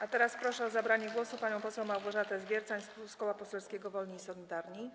A teraz proszę o zabranie głosu panią poseł Małgorzatę Zwiercan z Koła Poselskiego Wolni i Solidarni.